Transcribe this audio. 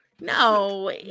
No